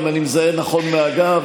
אם אני מזהה נכון מהגב,